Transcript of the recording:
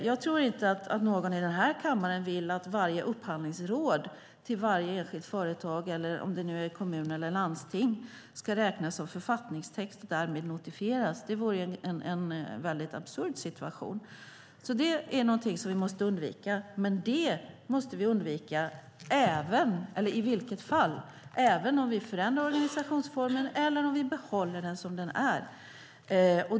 Jag tror inte att någon i denna kammare vill att varje upphandlingsråd till varje enskilt företag, eller om det nu är kommun eller landsting, ska räknas som författningstext och därmed notifieras. Det vore en väldigt absurd situation. Det är någonting som vi måste undvika. Det måste vi undvika i vilket fall som helst oavsett om vi förändrar organisationsformen eller behåller den som den är.